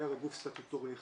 היה רק גוף סטטוטורי אחד,